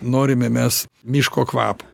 norime mes miško kvapo